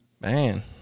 Man